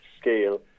scale